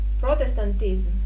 Protestantism